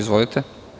Izvolite.